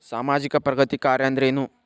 ಸಾಮಾಜಿಕ ಪ್ರಗತಿ ಕಾರ್ಯಾ ಅಂದ್ರೇನು?